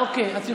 אני רוצה